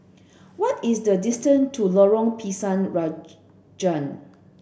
what is the distance to Lorong Pisang Raja